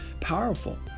powerful